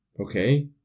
okay